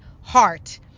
heart